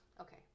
okay